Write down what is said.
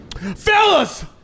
Fellas